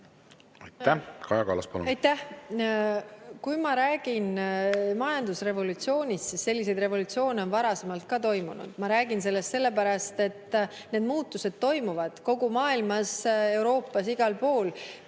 Ma räägin majandusrevolutsioonist, selliseid revolutsioone on varasemalt ka toimunud. Ma räägin sellest sellepärast, et need muutused toimuvad kogu maailmas, Euroopas, igal pool.